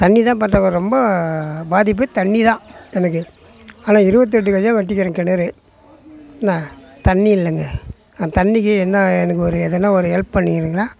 தண்ணி தான் பற்றாக்குற ரொம்ப பாதிப்பு தண்ணிதான் எனக்கு ஆனால் இருபத்தெட்டு கெஜம் வெட்டிக்கிறேன் கிணறு என்ன தண்ணி இல்லைங்க நான் தண்ணிக்கு என்ன எனக்கு ஒரு எதுனா ஒரு ஹெல்ப் பண்ணிக்கிறீங்களா